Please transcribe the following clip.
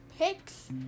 pics